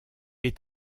est